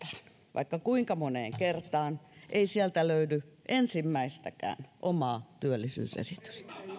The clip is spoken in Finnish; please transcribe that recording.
vaikka kuinka moneen kertaan ei sieltä löydy ensimmäistäkään omaa työllisyysesitystä